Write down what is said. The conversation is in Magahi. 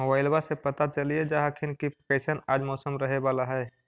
मोबाईलबा से पता चलिये जा हखिन की कैसन आज मौसम रहे बाला है?